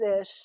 ish